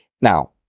Now